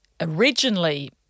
originally